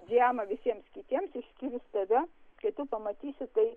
fudzijamą visiems kitiems išskyrus tave kai tu pamatysi tai